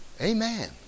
Amen